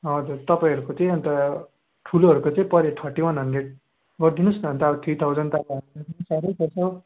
हजुर तपाईँहरूको चाहिँ अन्त ठुलोहरूको चाहिँ per head thirty one hundred गरिदिनु होस् न अन्त अब थ्री थाउजन्ड त अब हामीलाई पनि साह्रै पर्छ हो